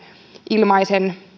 ilmaisen